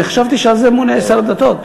אני חשבתי שעל זה ממונה שר הדתות.